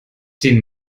den